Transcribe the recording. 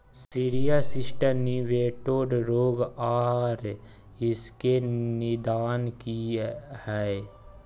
Cereal cyst nematode रोग आर इसके निदान की हय?